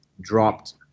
dropped